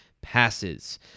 passes